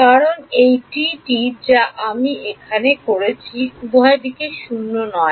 কারণ এই T টি যা আমি এখানে করেছি উভয় দিকে শূন্য নয়